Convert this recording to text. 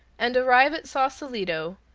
and arrive at sausalito,